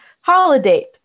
Holiday